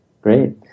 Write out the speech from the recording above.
Great